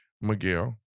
Miguel